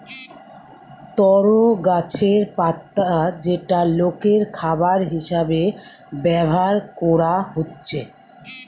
তরো গাছের পাতা যেটা লোকের খাবার হিসাবে ব্যভার কোরা হচ্ছে